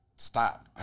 Stop